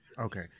okay